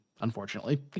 unfortunately